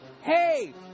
Hey